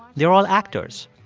they're all actors.